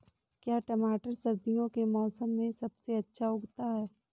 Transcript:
क्या टमाटर सर्दियों के मौसम में सबसे अच्छा उगता है?